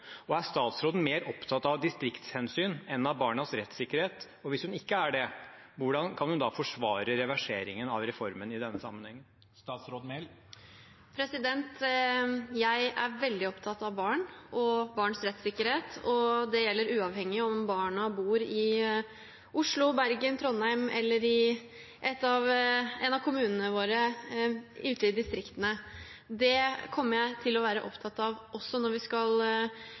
Er statsråden mer opptatt av distriktshensyn enn av barnas rettssikkerhet? Og hvis hun ikke er det: Hvordan kan hun da forsvare reverseringen av reformen i denne sammenhengen? Jeg er veldig opptatt av barn og barns rettssikkerhet, og det gjelder uavhengig av om barna bor i Oslo, Bergen, Trondheim eller i en av kommunene våre ute i distriktene. Det kommer jeg til å være opptatt av også når vi skal